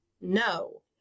no